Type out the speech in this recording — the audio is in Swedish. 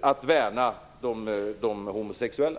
att värna de homosexuella.